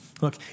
Look